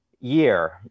year